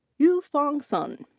yufang sun.